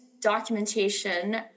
documentation